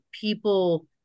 people